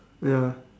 ya